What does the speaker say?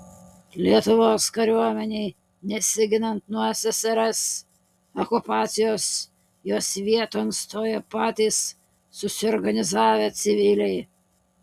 lietuvos kariuomenei nesiginant nuo ssrs okupacijos jos vieton stojo patys susiorganizavę civiliai